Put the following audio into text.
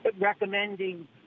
recommending